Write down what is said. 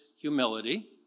humility